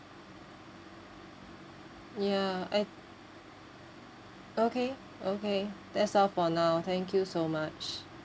ya I okay okay that's all for now thank you so much